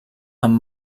amb